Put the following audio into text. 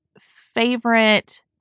favorite